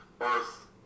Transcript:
Earth